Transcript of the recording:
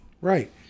right